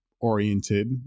oriented